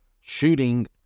shooting